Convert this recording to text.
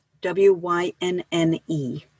W-Y-N-N-E